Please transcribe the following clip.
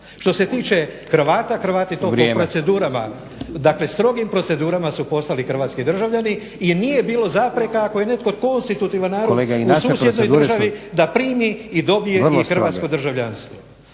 Što se tiče Hrvata Hrvati to po procedurama, dakle strogim procedurama su postali hrvatski državljani i nije bilo zapreka ako je netko konstitutivan narod u susjednoj državi da primi i dobije hrvatsko državljanstvo.